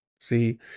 see